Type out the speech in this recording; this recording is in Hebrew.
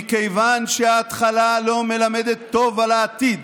מכיוון שההתחלה לא מלמדת טוב על העתיד.